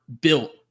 built